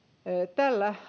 tällä